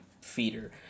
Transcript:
feeder